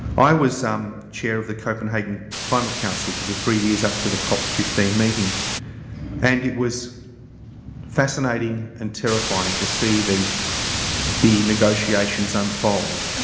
i was chair of the copenhagen climate council for the three years up to the co-op fifteen meeting and it was fascinating and terrifying to see the the negotiations unfold.